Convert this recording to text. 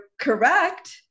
correct